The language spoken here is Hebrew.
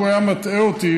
אם הוא היה מטעה אותי,